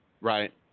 Right